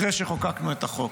אחרי שחוקקנו את החוק.